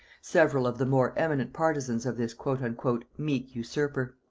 several of the more eminent partisans of this meek usurper.